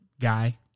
guy